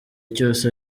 cyose